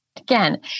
Again